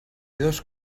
dos